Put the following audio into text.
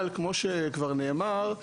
אבל כמו שכבר נאמר,